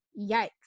Yikes